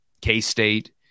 K-State